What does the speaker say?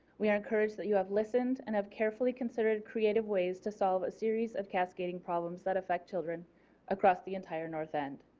we are encouraged that you have listened and have carefully considered creative ways to solve a series of cascading problems that affect children across the entire north end.